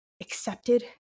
accepted